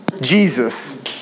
Jesus